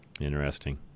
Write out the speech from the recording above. Interesting